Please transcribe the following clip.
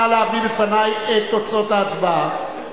נא להביא בפני את תוצאות ההצבעה.